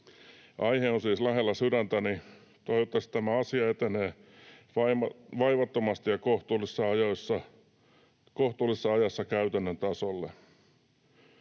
Aihe on siis lähellä sydäntäni. Toivottavasti tämä asia etenee vaivattomasti ja kohtuullisessa ajassa käytännön tasolle.